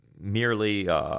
merely